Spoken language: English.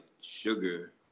sugar